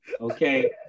Okay